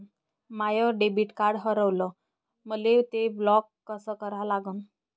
माय debit card हारवलं, मले ते ब्लॉक कस करा लागन?